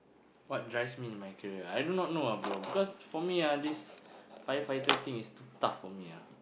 what drives me in my career I do not know ah bro because for me ah this firefighter thing is too tough for me ah